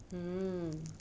hmm